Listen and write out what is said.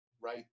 right